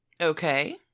Okay